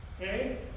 okay